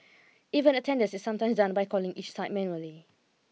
even attendance is sometimes done by calling each site manually